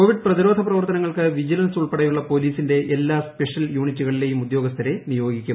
Covid പ്രതിരോധ പ്രവർത്തനങ്ങൾക്ക് vigilance ഉൾപ്പെടെയുള്ള പോലീസിന്റെ എല്ലാ സ്പെഷ്യൽ യൂണിറ്റുകളിലെയും ഉദ്യോഗസ്ഥരെ നിയോഗിക്കും